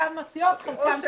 חלקן מציעות, חלקן פחות.